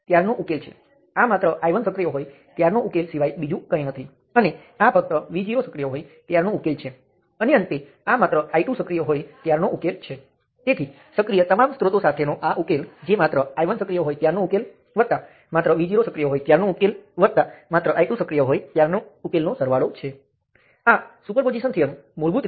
તેથી મારે માત્ર એટલું જ સુનિશ્ચિત કરવાનું છે કે હું જે તમામ કિસ્સાઓ ધ્યાનમાં લઉં તેના પર સૌ પ્રથમ હું તમામ સ્ત્રોત લઉં છું તે બધા એક અને માત્ર એક જ વાર આવતાં હોવા જોઈએ મારે તેમાંથી કોઈ પણને બે વાર ગણવાં જોઈએ નહીં